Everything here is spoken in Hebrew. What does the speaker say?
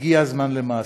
הגיע הזמן למעשים.